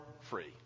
free